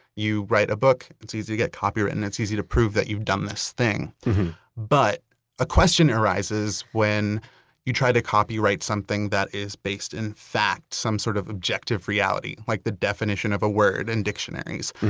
you write a book, it's easy to get copyright. and it's easy to prove that you've done this thing but a question arises when you try to copyright something that is based in fact, some sort of objective reality, like the definition of a word in and dictionaries.